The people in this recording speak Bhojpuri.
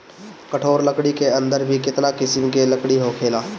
कठोर लकड़ी के अंदर भी केतना किसिम के लकड़ी होखेला